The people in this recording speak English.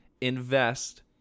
invest